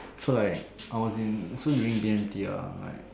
so like I was in so during B_M_T ah like